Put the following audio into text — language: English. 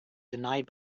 denied